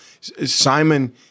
Simon